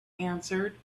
answered